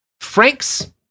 Frank's